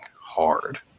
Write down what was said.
hard